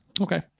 Okay